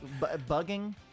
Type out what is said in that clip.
Bugging